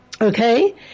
okay